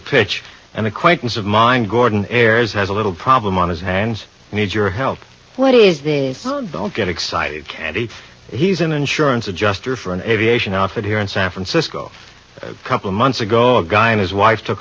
pitch an acquaintance of mine gordon ayres has a little problem on his hands and needs your help what is this don't get excited and if he's an insurance adjuster for an aviation offer here in san francisco a couple of months ago a guy and his wife took